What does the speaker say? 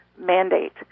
mandate